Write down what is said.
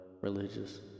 religious